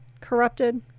corrupted